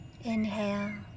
Inhale